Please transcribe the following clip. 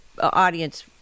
audience